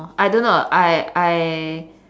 I don't know I I